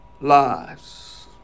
lives